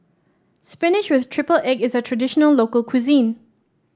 spinach with triple egg is a traditional local cuisine